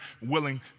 willing